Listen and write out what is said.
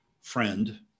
friend